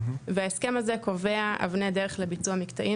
וההסכם הזה קובע אבני דרך לביצוע מקטעים